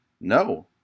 No